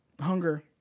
hunger